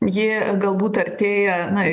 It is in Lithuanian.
ji galbūt artėja na